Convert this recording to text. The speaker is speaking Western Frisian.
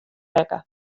rekke